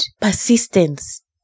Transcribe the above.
Persistence